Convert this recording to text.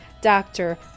doctor